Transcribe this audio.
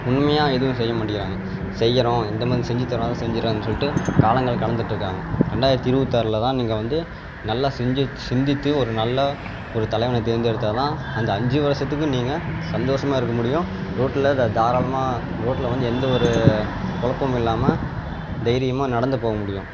உண்மையா எதுவும் செய்ய மாட்டீங்கிறாங்க செய்கிறோம் இந்த மாதிரி செஞ்சித் தர்றோம் அத செஞ்சிடுறேன்னு சொல்லிட்டு காலங்கள் கடந்துட்ருக்காங்கள் ரெண்டாயிரத்தி இருபத்தாறுல தான் நீங்கள் வந்து நல்லா சிஞ்சித் சிந்தித்து ஒரு நல்ல ஒரு தலைவனை தேர்ந்தெடுத்தால் தான் அந்த அஞ்சி வருஷத்துக்கு நீங்கள் சந்தோசமாக இருக்க முடியும் ரோட்டில் த தாராளமா ரோட்டில் வந்து எந்த ஒரு கொழப்பமும் இல்லாமல் தைரியமாக நடந்து போக முடியும்